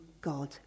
God